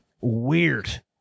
weird